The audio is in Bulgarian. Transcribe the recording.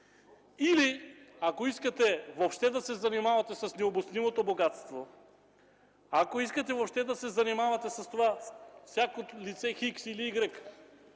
Или ако искате въобще да се занимавате с необяснимото богатство, ако искате въобще да се занимавате с това всяко лице „Х” или „У”